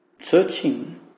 searching